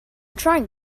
trying